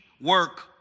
work